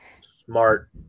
smart